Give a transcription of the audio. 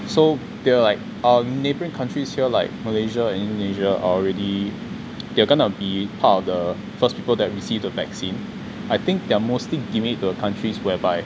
so they are like our neighbouring countries here like malaysia and indonesia are already they are going to be part of the first people that already receive the vaccine I think they're mostly giving it to the countries whereby